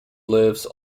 lives